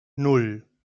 nan